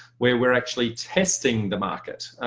where we're actually testing the market.